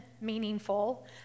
meaningful